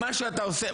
מה שאתה עושה,